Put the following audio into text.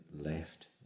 left